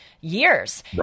years